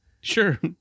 Sure